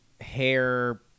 hair